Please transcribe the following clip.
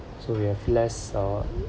so we have less uh